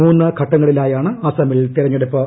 മൂന്ന് ഘട്ടങ്ങളിലായാണ് അസമിൽ തെരഞ്ഞെടുപ്പ്